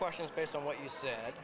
questions based on what you said